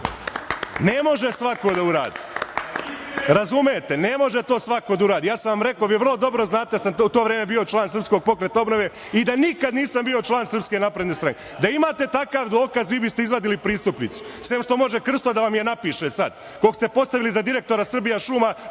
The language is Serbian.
Ne može svako da uradi. Razumete, ne može to svako da uradi. Ja sam vam rekao, vi vrlo dobro znate da sam u to vreme bio član SPO i da nikada nisam bio član SNS. Da imate takav dokaz, vi biste izvadili pristupnicu, sem što može Krsto da vam je napiše sada, kog ste postavili za direktora „Srbijašuma“,